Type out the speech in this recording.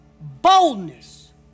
boldness